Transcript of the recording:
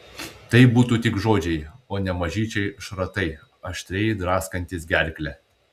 tai būtų tik žodžiai o ne mažyčiai šratai aštriai draskantys gerklę